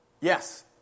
yes